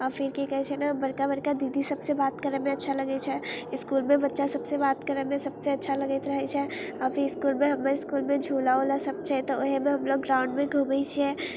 फिर की कहै छै ने बड़का बड़का दीदी सभसँ बात करैमे अच्छा लगै छै इसकुलमे बच्चा सभसँ बात करैमे सभसँ अच्छा लगैत रहै छै अभी इसकुलमे हमर इसकुलमे झूला उला सभ छै तऽ ओहेमे हमलोग ग्राउण्डमे घुमै छियै